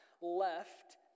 left